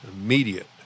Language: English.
immediate